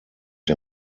der